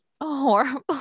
horrible